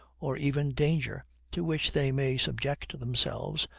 or even danger, to which they may subject themselves,